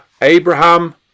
Abraham